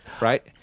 right